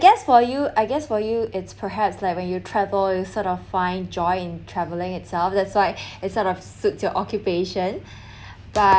I guess for you I guess for you it's perhaps like when you travel you sort of find joy in travelling itself that's why it's sort of suits your occupation but